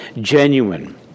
genuine